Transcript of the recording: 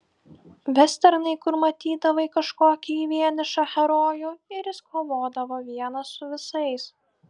vesternai kur matydavai kažkokį vienišą herojų ir jis kovodavo vienas su visais